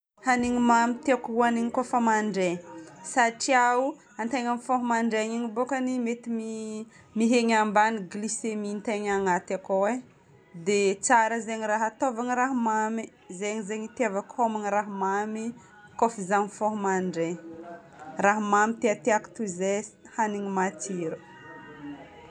Hanigny mamy tiako hohanigny kofa mandraigny satria antegna mifoha amy mandraigny igny bokany mety mi- mihena ambany ny glycémie-n'ny tegna agnaty ko e. Dia tsara zagny raha ataovana raha mamy. Zegny zegny itiavako homagna raha mamy kofa zaho mifoha amin'ny mandraigny. Raha mamy ty tiako toy izay hanigny matsiro.